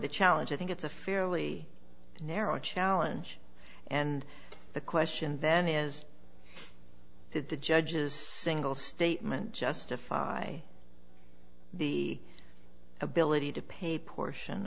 the challenge i think it's a fairly narrow challenge and the question then is did the judge's single statement justify the ability to pay portion